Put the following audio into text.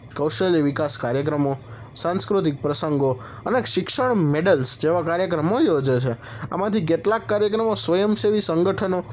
કૌશલ્ય વિકાસ કાર્યક્રમો સાંસ્કૃતિક પ્રસંગો અને શિક્ષણ મેડલ્સ જેવા કાર્યક્રમો યોજે છે આમાંથી કેટલાક કાર્યક્રમો સ્વયંસેવી સંગઠનો